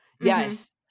Yes